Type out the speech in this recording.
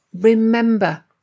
Remember